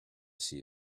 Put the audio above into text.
see